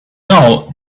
know